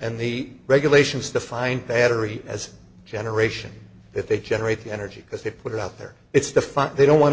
and the regulations the fine battery as generation if they generate the energy because they put it out there it's the fact they don't want to